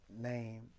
name